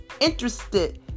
interested